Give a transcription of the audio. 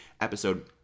episode